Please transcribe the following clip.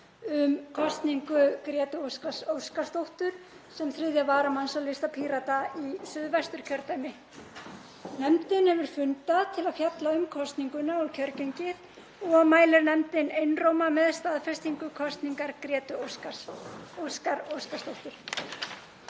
um kosningu Gretu Óskar Óskarsdóttur sem 3. varamanns á lista Pírata í Suðvesturkjördæmi. Nefndin hefur fundað til að fjalla um kosninguna og kjörgengið og mælir nefndin einróma með staðfestingu kosningar Gretu Óskar Óskarsdóttur.